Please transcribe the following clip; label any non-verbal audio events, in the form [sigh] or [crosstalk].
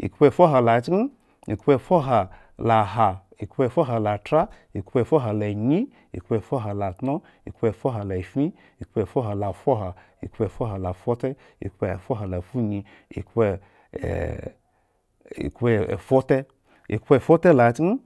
Ekhpoefuhalachken. ekhpoefuhalaha. ekhpoefuhalthra. ekhpoefuhalanyi, ekhpoefuhalotno. ekhpoefuhalafin. ekhpoefuhalafuha. ekhpoefuhalafute, ekhpoefuhalafunyi. ekhpoeh [hesitation] ekhpoefute. ekhpoefute lachken.